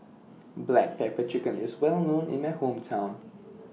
Black Pepper Chicken IS Well known in My Hometown